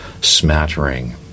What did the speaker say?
smattering